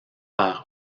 par